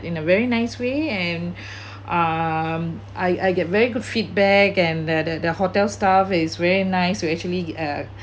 in a very nice way and um I I get very good feedback and the the the hotel staff is very nice will actually uh